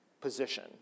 position